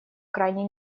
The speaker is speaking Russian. крайне